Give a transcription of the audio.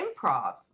improv